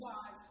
God